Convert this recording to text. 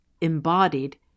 embodied